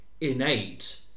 innate